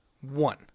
One